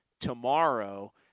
tomorrow